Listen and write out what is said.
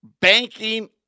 banking